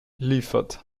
liefert